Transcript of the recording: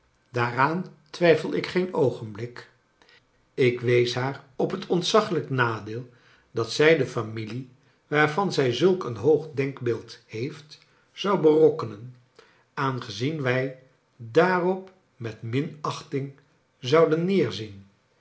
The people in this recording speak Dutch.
daaraan twijfel ik geen oogenblik ik wees haar op het ontzaglijk nadeel dat zij de familie waarvan zij zulk een hoog denkbeeld heeft zou berokkenen aan j gezien wij daarop met minachting zouden neerzien